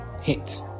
hit